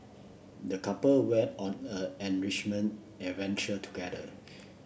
the couple went on a enrichment adventure together